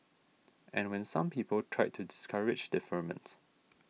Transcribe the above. and when some people tried to discourage deferment